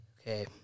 Okay